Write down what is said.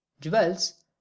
Jewels